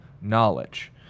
knowledge